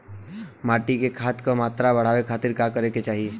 माटी में खाद क मात्रा बढ़ावे खातिर का करे के चाहीं?